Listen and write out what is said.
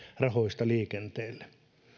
rahoista liikenteelle